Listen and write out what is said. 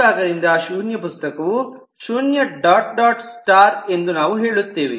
ಈ ಭಾಗದಿಂದ ಶೂನ್ಯ ಪುಸ್ತಕವು ಶೂನ್ಯ ಡಾಟ್ ಡಾಟ್ ಸ್ಟಾರ್ ಎಂದು ನಾವು ಹೇಳುತ್ತೇವೆ